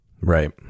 Right